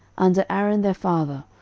under aaron their father,